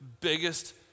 biggest